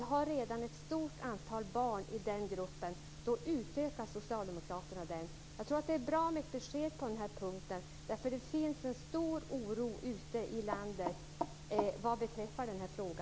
Vi har redan ett stort antal barn i den gruppen, och i så fall utökar socialdemokraterna den. Jag tror att det är bra med ett besked på den här punkten, eftersom det finns en stor oro ute i landet när det gäller detta.